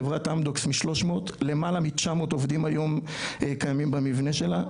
חברת אמדוקס מ- 300 למעלה מ- 900 עובדים היום קיימים במבנה שלה,